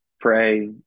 Pray